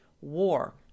war